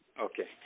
Okay